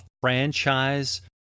franchise